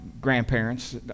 grandparents